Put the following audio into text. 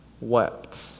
wept